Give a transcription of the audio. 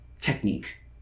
technique